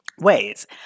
ways